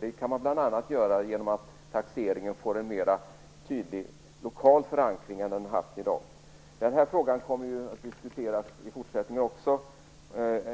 Det kan man bl.a. göra genom att taxeringen får en tydligare lokal förankring än den har i dag. Denna fråga kommer också att diskuteras i fortsättningen,